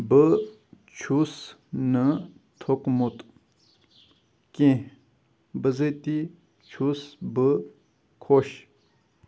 بہٕ چھُس نہٕ تھوٚکمُت کیٚنٛہہ بٕزٲتی چھُس بہٕ خۄش